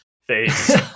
face